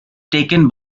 taken